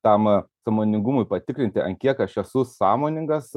tam sąmoningumui patikrinti ant kiek aš esu sąmoningas